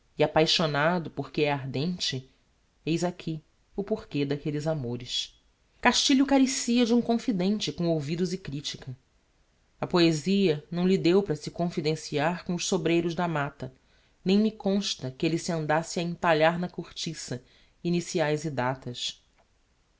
e apaixonado porque é ardente eis aqui o porquê d'aquelles amores castilho carecia de um confidente com ouvidos e critica a poesia não lhe deu para se confidenciar com os sobreiros da mata nem me consta que elle se andasse a entalhar na cortiça iniciaes e datas